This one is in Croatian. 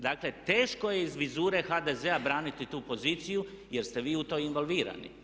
Dakle, teško je iz vizure HDZ-a braniti tu poziciju jer ste vi u to involvirani.